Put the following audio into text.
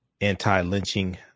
anti-lynching